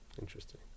interesting